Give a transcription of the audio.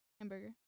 Hamburger